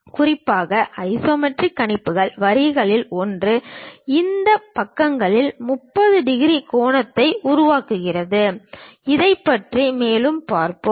குறிப்பாக ஐசோமெட்ரிக் கணிப்புகள் வரிகளில் ஒன்று இந்த பக்கங்களில் 30 டிகிரி கோணத்தை உருவாக்குகிறது அதைப் பற்றி மேலும் பார்ப்போம்